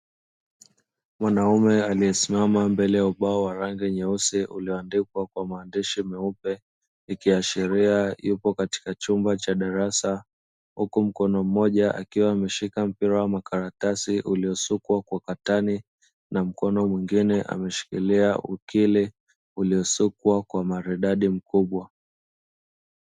Mwanaume aliyesimama mbele ya ubao wa rangi nyeusi ulioandikwa kwa maandishi meupe, ikiashiria yupo katika chumba cha darasa, huku mkono mmoja akiwa ameshika mpira wa makaratasi uliosukwa kwa katani, na mkono mwingine ameshikilia ukili uliosukwa kwa umaridadi mkubwa.